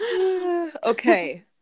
okay